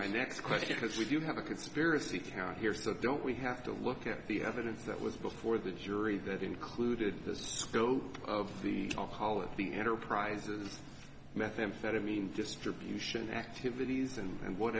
my next question because we do have a conspiracy count here is that don't we have to look at the evidence that was before the jury that included this spill of the policy enterprise's methamphetamine distribution activities and and what